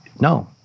no